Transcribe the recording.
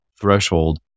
threshold